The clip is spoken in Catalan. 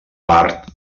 part